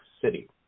City